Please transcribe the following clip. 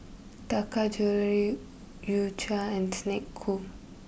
Taka Jewelry U Cha and Snek Ku